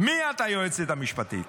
מי את היועצת המשפטית?